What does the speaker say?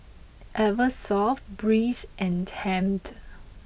Eversoft Breeze and Tempt